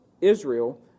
Israel